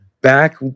back